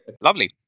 lovely